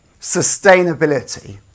Sustainability